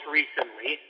recently